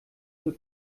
für